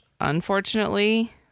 unfortunately